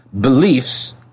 beliefs